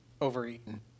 overeaten